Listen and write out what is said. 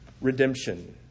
Redemption